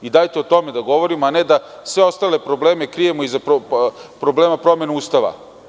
Dajte da o tome govorimo, a ne da sve ostale probleme krijemo iza problema promene Ustava.